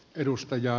edustaja